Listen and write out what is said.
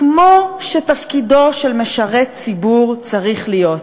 כמו שתפקידו של משרת ציבור צריך להיות.